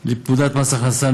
לפקודת מס הכנסה ,